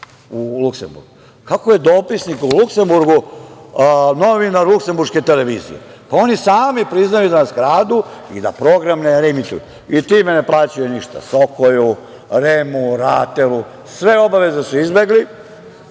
a ne reemituje ga. Kako je dopisnik u Luksemburgu novinar luksemburške televizije? Oni sami priznaju da nas kradu i da program ne reemituju i time ne plaćaju ništa SOKOJ-u, REM-u, RATEL-u, sve obaveze su izbegli